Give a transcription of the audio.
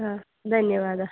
धन्यवादः